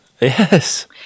Yes